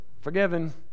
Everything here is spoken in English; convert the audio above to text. forgiven